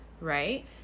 right